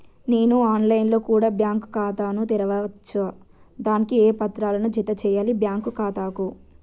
నేను online లో కూడా బ్యాంకు ఖాతా ను తెరవ వచ్చా? దానికి ఏ పత్రాలను జత చేయాలి బ్యాంకు ఖాతాకు?